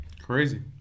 Crazy